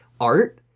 art